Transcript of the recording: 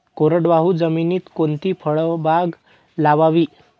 कोरडवाहू जमिनीत कोणती फळबाग लावावी?